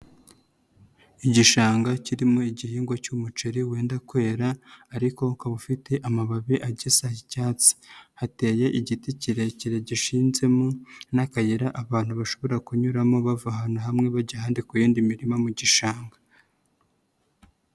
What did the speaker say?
Igishanga kirimo igihingwa cy'umuceri wenda kwera ariko ukaba ufite amababi agisa icyatsi, hateye igiti kirekire gishinzemo n'akayira abantu bashobora kunyuramo bava ahantu hamwe bajya ahandi ku yindi mirima mu gishanga.